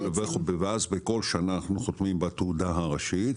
בכל שנה אנחנו חותמים בתעודה הראשית.